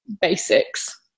basics